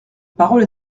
parole